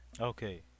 Okay